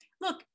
look